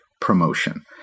promotion